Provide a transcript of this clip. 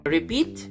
Repeat